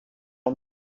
ond